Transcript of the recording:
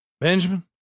Benjamin